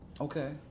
Okay